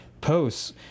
posts